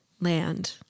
land